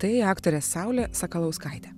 tai aktorė saulė sakalauskaitė